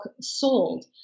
sold